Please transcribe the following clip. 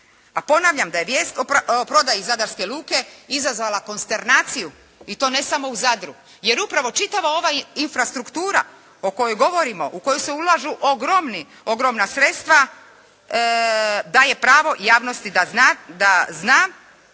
A ponavljam da je vijest o prodaji Zadarske luke izazvala konsternaciju i to ne samo u Zadru jer upravo čitava ova infrastruktura o kojoj govorimo, u koju se ulažu ogromna sredstva, daje pravo javnosti da zna